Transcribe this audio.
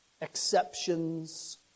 exceptions